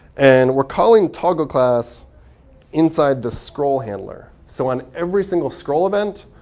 and we're calling toggleclass inside the scroll handler. so on every single scroll event,